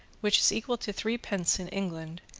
which is equal to three pence in england,